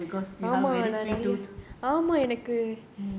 I think it's very tough for you because you have very sweet tooth